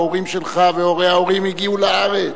ההורים שלך והורי ההורים הגיעו לארץ.